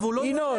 ינון,